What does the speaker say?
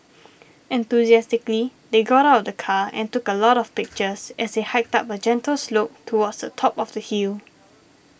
enthusiastically they got out of the car and took a lot of pictures as they hiked up a gentle slope towards the top of the hill